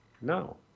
No